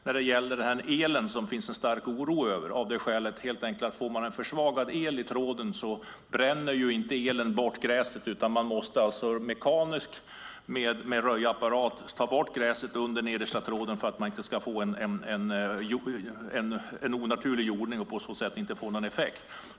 Får man en försvagad el i tråden bränner inte elen bort gräset, utan man måste då ta bort gräset mekaniskt med röjapparat under nedersta tråden för att inte få en onaturlig jordning och på så sätt inte få någon effekt.